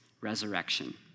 resurrection